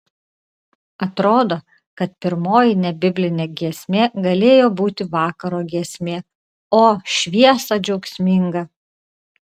atrodo kad pirmoji nebiblinė giesmė galėjo būti vakaro giesmė o šviesa džiaugsminga